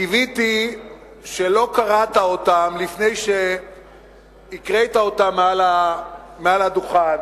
קיוויתי שלא קראת אותם לפני שהקראת אותם מעל הדוכן.